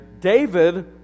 David